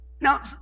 Now